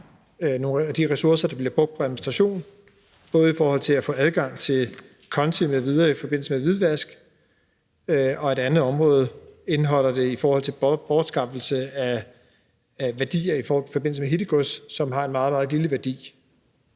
nogle af de ressourcer, der bliver brugt på administration – både i forhold til at få adgang til konti m.v. i forbindelse med hvidvask og i forhold til bortskaffelse af værdier i forbindelse med hittegods, som har en meget, meget lille værdi.